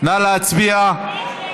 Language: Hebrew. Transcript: נא להצביע.